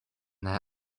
their